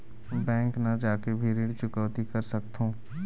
Bank न जाके भी ऋण चुकैती कर सकथों?